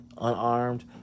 unarmed